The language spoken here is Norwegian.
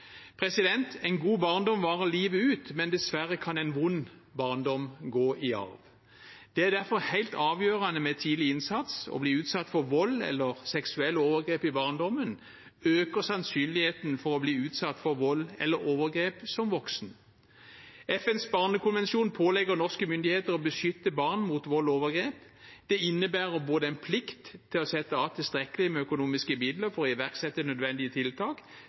En god barndom varer livet ut, men dessverre kan en vond barndom gå i arv. Det er derfor helt avgjørende med tidlig innsats. Å bli utsatt for vold eller seksuelle overgrep i barndommen øker sannsynligheten for å bli utsatt for vold eller overgrep som voksen. FNs barnekonvensjon pålegger norske myndigheter å beskytte barn mot vold og overgrep. Det innebærer både en plikt til å sette av tilstrekkelige med økonomiske midler for å iverksette nødvendige tiltak